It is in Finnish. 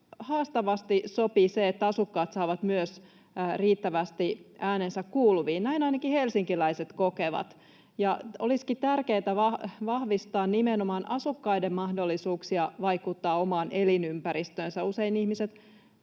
haastavasti sopii se, että asukkaat saavat myös riittävästi äänensä kuuluviin. Näin ainakin helsinkiläiset kokevat. Olisikin tärkeätä vahvistaa nimenomaan asukkaiden mahdollisuuksia vaikuttaa omaan elinympäristöönsä.